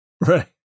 right